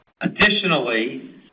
Additionally